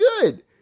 good